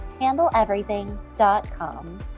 handleeverything.com